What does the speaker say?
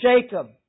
Jacob